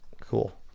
cool